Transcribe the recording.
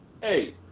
hey